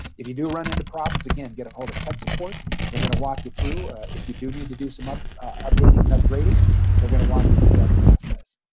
if you do run into problems again, get all the tech support they're going to walk you through if you do need to do some updating and upgrading they're going to walk you through that process